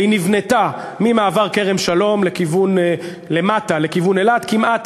והיא נבנתה ממעבר כרם-שלום לכיוון אילת כמעט,